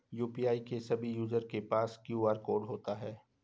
UPI के सभी user के पास क्यू.आर कोड होता है